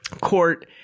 court